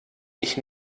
ich